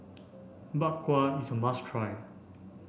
Bak Kwa is a must try